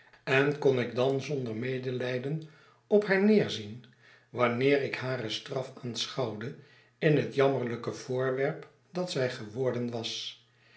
en kon ik dan zonder medelijden op haar neerzien wanneer ik hare straf aanschouwde in het jammerlijke voorwerp dat zij geworden was